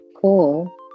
cool